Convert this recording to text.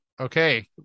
Okay